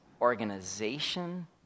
organization